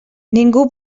ningú